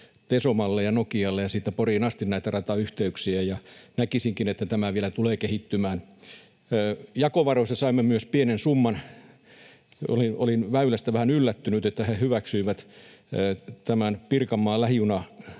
Tesomalle ja Nokialle ja siitä Poriin asti näitä ratayhteyksiä. Näkisinkin, että tämä vielä tulee kehittymään. Jakovaroissa saimme myös pienen summan. Olin Väylästä vähän yllättynyt, että he hyväksyivät tämän Pirkanmaan lähijunahankkeen